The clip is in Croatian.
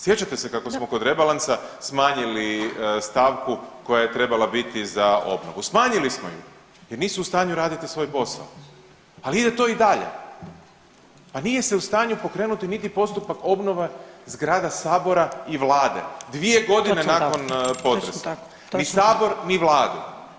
Sjećate se kako smo kod rebalansa smanjili stavku koja je trebala biti za obnovu, smanjili smo ju jer nisu u stanju raditi svoju posao ali ide to i dalje, pa nije se u stanju pokrenuti niti postupak obnove zgrada sabora i vlade 2.g. nakon potresa, ni sabor, ni vladu.